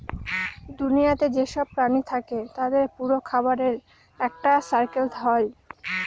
দুনিয়াতে যেসব প্রাণী থাকে তাদের পুরো খাবারের একটা সাইকেল হয়